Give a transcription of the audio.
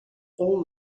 all